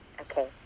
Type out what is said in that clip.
Okay